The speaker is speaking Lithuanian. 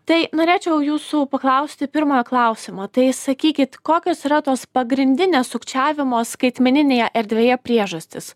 tai norėčiau jūsų paklausti pirmojo klausimo tai sakykit kokios yra tos pagrindinės sukčiavimo skaitmeninėje erdvėje priežastys